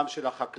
גם של החקלאות,